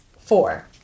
Four